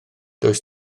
does